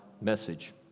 message